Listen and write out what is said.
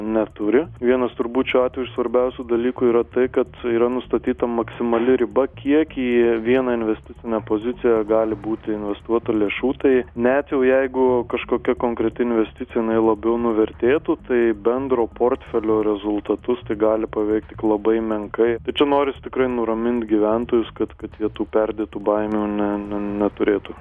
neturi vienas turbūt šiuo atveju svarbiausių dalykų yra tai kad yra nustatyta maksimali riba kiek į vieną investicinę poziciją gali būti investuota lėšų tai net jau jeigu kažkokia konkreti investicija jinai labiau nuvertėtų tai bendro portfelio rezultatus tai gali paveikt tik labai menkai tai čia norisi tikrai nuramint gyventojus kad kad jie tų perdėtų baimių ne ne neturėtų